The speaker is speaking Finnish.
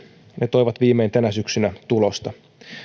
toivat viimein tänä syksynä tulosta